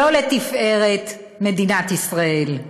שלא לתפארת מדינת ישראל.